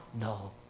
No